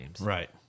right